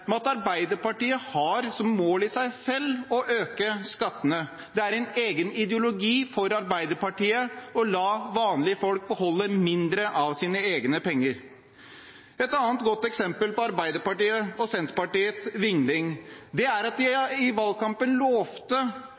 med at Arbeiderpartiet har som mål i seg selv å øke skattene. Det er en egen ideologi for Arbeiderpartiet å la vanlige folk beholde mindre av sine egne penger. Et annet godt eksempel på Arbeiderpartiets og Senterpartiets vingling er at de i valgkampen lovte